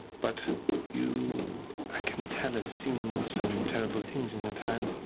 but you, i can tell, have seen some terrible things in your time.